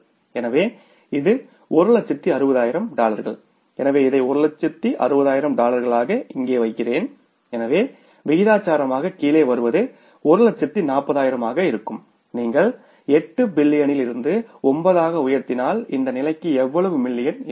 எனவே இது 160000 டாலர்கள் எனவே இதை 160000 டாலர்களாக இங்கே வைக்கிறேன் எனவே விகிதாசாரமாக கீழே வருவது 140000 ஆக இருக்கும்நீங்கள் 8 மில்லியனிலிருந்து 9 ஆக உயர்த்தினால் இந்த நிலைக்கு எவ்வளவு மில்லியன் இருக்கும்